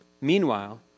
Meanwhile